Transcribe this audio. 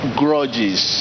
grudges